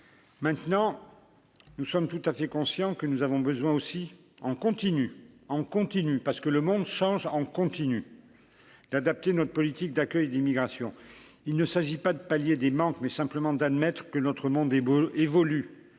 maintenant nous sommes tout à fait conscients que nous avons besoin aussi en continu, en continu, parce que le monde change en continu d'adapter notre politique d'accueil d'immigration, il ne s'agit pas de pallier des manques, mais simplement d'admettre que notre monde déboule